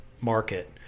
market